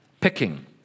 picking